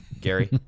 Gary